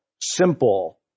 simple